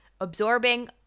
Absorbing